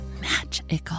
magical